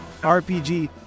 RPG